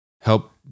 help